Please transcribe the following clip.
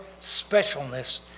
specialness